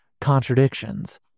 contradictions